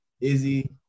Izzy